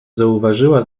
zauważyła